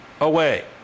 away